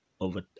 over